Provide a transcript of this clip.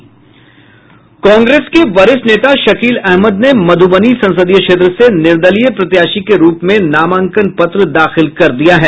कांग्रेस के वरिष्ठ नेता शकील अहमद ने मध्रबनी संसदीय क्षेत्र से निर्दलीय प्रत्याशी के रूप में नामांकन पत्र दाखिल कर दिया है